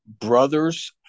brother's